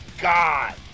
God